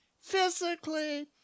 physically